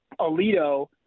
Alito